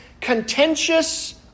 contentious